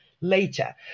later